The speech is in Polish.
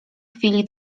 chwili